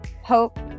hope